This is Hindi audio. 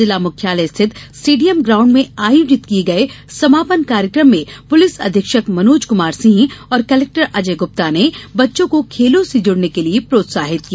जिला मुख्यालय स्थित स्टेडियम ग्राउंड में आयोजित किये गये समापन कार्यक्रम में पुलिस अधीक्षक मनोज कुमार सिंह और कलेक्टर अजय गुप्ता ने बच्चों को खेलों से जुड़ने के लिये प्रोत्साहित किया